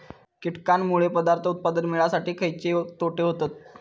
कीटकांनमुळे पदार्थ उत्पादन मिळासाठी खयचे तोटे होतत?